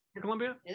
Columbia